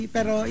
Pero